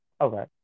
Okay